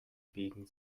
biegen